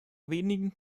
wenigen